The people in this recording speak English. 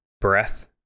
breath